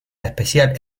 especial